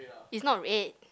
it's not red